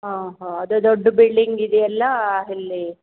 ಹಾಂ ಹಾಂ ಅದೇ ದೊಡ್ಡ ಬಿಲ್ಡಿಂಗ್ ಇದೆಯಲ್ಲ ಅಲ್ಲಿ